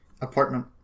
apartment